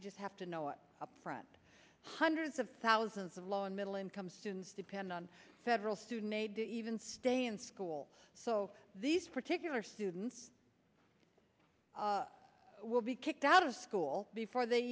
you just have to know what upfront hundreds of thousands of law and middle income students depend on federal student aid to even stay in school so these particular students will be kicked out of school before they